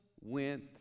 went